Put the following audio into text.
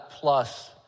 plus